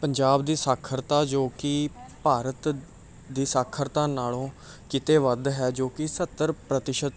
ਪੰਜਾਬ ਦੀ ਸਾਖਰਤਾ ਜੋ ਕਿ ਭਾਰਤ ਦੀ ਸਾਖਰਤਾ ਨਾਲੋਂ ਕਿਤੇ ਵੱਧ ਹੈ ਜੋ ਕਿ ਸੱਤਰ ਪ੍ਰਤੀਸ਼ਤ